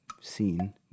seen